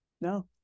No